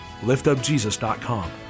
liftupjesus.com